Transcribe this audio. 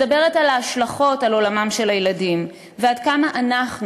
מדברת על ההשלכות על עולמם של הילדים ועד כמה אנחנו